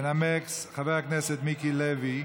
התשע"ח 2018. ינמקו חבר הכנסת מיקי לוי,